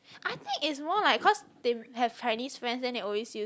I think is more like cause they have Chinese friend then they always use